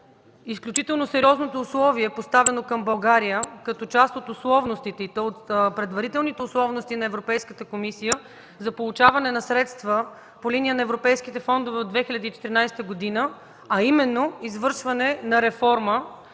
изключително сериозното условие, поставено към България, като част от условностите, и то от предварителните условности на Европейската комисия за получаване на средства по линия на европейските фондове от 2014 г., а именно извършване на реформа